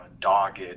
dogged